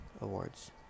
awards